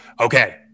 okay